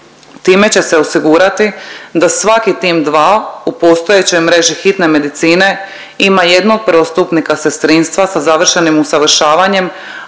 Time će se osigurati da svaki tim dva u postojećoj mreži hitne medicine ima jednog prvostupnika sestrinstva sa završenim usavršavanjem,